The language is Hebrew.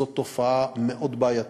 זו תופעה מאוד בעייתית.